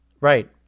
Right